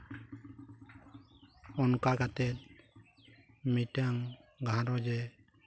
ᱚᱱᱠᱟ ᱠᱟᱛᱮᱫ ᱢᱤᱫᱴᱟᱝ ᱜᱷᱟᱨᱚᱸᱡᱮ